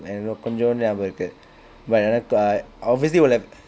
எனக்கு கொஞ்சொண்டு ஞாபகம் இருக்கு:enakku konchondu ngabakm irukku but எனக்கு:enakku I obviously will have